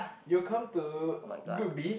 you come to group B